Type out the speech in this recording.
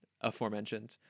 aforementioned